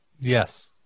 Yes